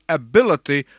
ability